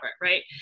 right